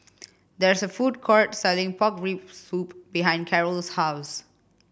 there is a food court selling pork rib soup behind Carole's house